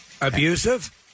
Abusive